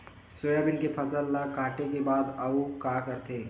Soybean के फसल ल काटे के बाद आऊ का करथे?